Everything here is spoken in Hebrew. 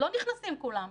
לא נכנסים כולם,